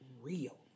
real